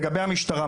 לגבי המשטרה,